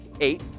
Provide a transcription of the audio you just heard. eight